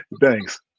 Thanks